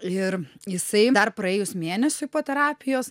ir jisai dar praėjus mėnesiui po terapijos